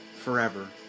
forever